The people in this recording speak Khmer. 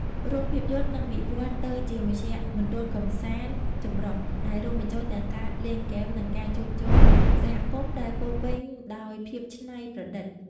រោងភាពយន្តនឹងវិវឌ្ឍទៅជាមជ្ឈមណ្ឌលកម្សាន្តចម្រុះ ដែលរួមបញ្ចូលទាំងការលេងហ្គេម និងការជួបជុំសហគមន៍ដែលពោរពេញដោយភាពច្នៃប្រឌិត។